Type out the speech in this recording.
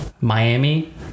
Miami